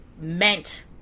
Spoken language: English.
meant